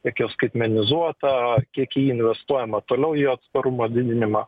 kiek jo skaitmenizuota kiek į jį investuojama toliau į jo atsparumo didinimą